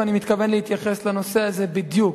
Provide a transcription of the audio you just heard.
ואני מתכוון להתייחס לנושא הזה בדיוק.